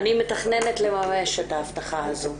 אני מתכננת לממש את ההבטחה הזו,